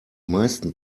meisten